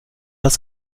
das